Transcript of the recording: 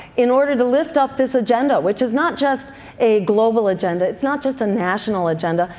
in order to lift up this agenda, which is not just a global agenda, it's not just a national agenda,